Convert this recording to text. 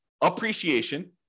appreciation